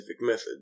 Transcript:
method